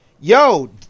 Yo